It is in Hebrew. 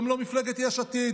גם לא מפלגת יש עתיד.